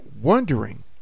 wondering